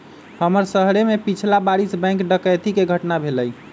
हमरे शहर में पछिला बरिस बैंक डकैती कें घटना भेलइ